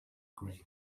grief